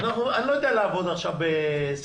אני לא יודע לעבוד בסיסמאות.